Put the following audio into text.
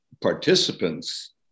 participants